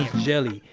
jelly.